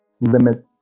limit